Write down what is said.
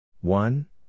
One